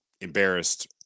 embarrassed